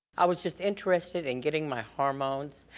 i was just interested in getting my hormones,